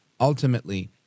Ultimately